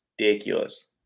ridiculous